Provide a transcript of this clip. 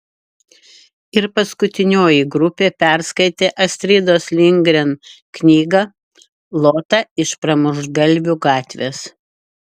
ir paskutinioji grupė perskaitė astridos lindgren knygą lota iš pramuštgalvių gatvės